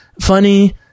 funny